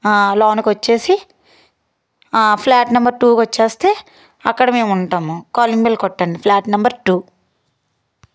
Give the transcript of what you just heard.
లోనికి వచ్చేసి flat number టూకి వోచేస్తే అక్కడ మేముంటాము కాలింగ్ బెల్ కొట్టండి ఫ్లాట్ నెంబర్ టూ